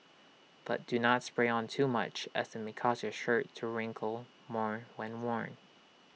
but do not spray on too much as IT may cause your shirt to wrinkle more when worn